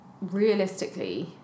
realistically